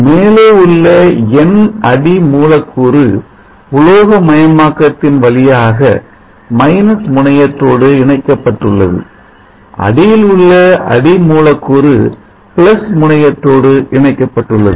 மேலே உள்ள என் N அடி மூலக்கூறு உலோகமயமாக்கத்தின் வழியாக மைனஸ் முனையத்தோடு இணைக்கப்பட்டுள்ளது அடியிலுள்ள அடி மூலக்கூறு பிளஸ் முனையத்தோடு இணைக்கப்பட்டுள்ளது